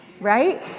Right